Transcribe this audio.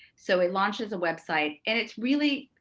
so it launches a website. and it's really,